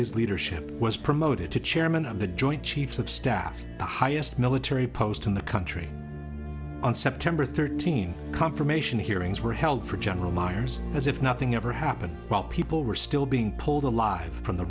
his leadership was promoted to chairman of the joint chiefs of staff the highest military post in the country on september thirteenth confirmation hearings were held for general myers as if nothing ever happened while people were still being pulled alive from the